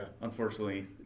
Unfortunately